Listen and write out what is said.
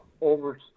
over